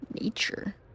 Nature